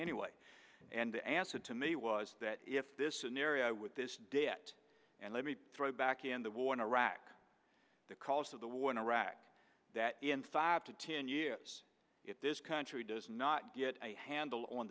anyway and the answer to me was that if this is an area with this debt and let me throw it back in the war iraq the cost of the war in iraq that in five to ten years if this country does not get a handle on